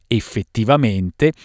effettivamente